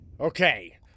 Okay